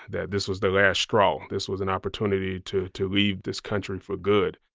that this was the last straw. this was an opportunity to to leave this country for good